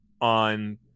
on